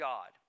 God